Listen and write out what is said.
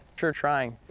sure trying.